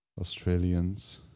Australians